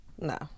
no